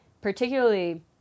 particularly –